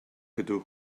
ydw